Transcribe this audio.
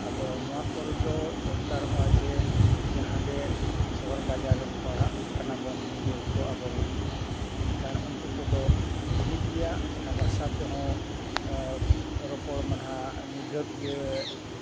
ᱟᱫᱚ ᱱᱚᱣᱟ ᱠᱚᱨᱮ ᱫᱚ ᱫᱚᱨᱠᱟᱨᱚᱜᱼᱟ ᱡᱮ ᱡᱟᱦᱟᱸ ᱜᱮ ᱥᱚᱦᱚᱨ ᱵᱟᱡᱟᱨ ᱨᱮ ᱯᱟᱲᱦᱟᱜ ᱠᱟᱱᱟ ᱵᱚᱱ ᱜᱤᱫᱟᱹᱨ ᱠᱚ ᱟᱵᱚ ᱨᱤᱱ ᱮᱱᱠᱷᱟᱱ ᱩᱱᱠᱩ ᱠᱚᱫᱚ ᱴᱷᱤᱠ ᱜᱮᱭᱟ ᱚᱱᱟ ᱵᱷᱟᱥᱟ ᱛᱮᱦᱚᱸ ᱨᱚᱯᱚᱲ ᱢᱟ ᱦᱟᱸᱜ ᱱᱤᱨᱜᱷᱟᱹᱛ ᱜᱮ